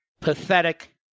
pathetic